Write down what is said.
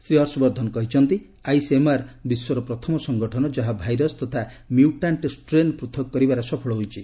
ସେ କହିଛନ୍ତି ଆଇସିଏମ୍ଆର୍ ବିଶ୍ୱର ପ୍ରଥମ ସଂଗଠନ ଯାହା ଭାଇରସ୍ ତଥା ମ୍ୟୁଟାଣ୍ଟ ଷ୍ଟ୍ରେନ୍ ପୃଥକ କରିବାରେ ସଫଳ ହୋଇଛି